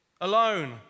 alone